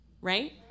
right